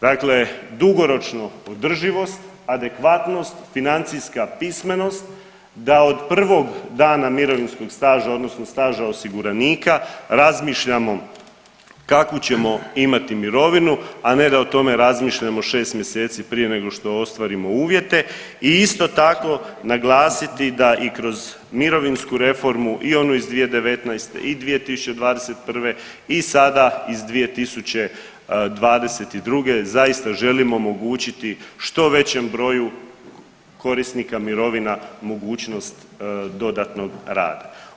Dakle, dugoročno održivost, adekvatnost, financijska pismenost da od prvog dana mirovinskog staža odnosno staža osiguranika razmišljamo kakvu ćemo imati mirovinu, a ne da o tome razmišljamo šest mjeseci prije nego što ostvarimo uvjete i isto tako naglasiti da i kroz mirovinsku reformu i onu iz 2019. i 2021. i sada iz 2022. zaista želimo omogućiti što većem broju korisnika mirovina mogućnost dodatnog rada.